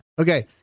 Okay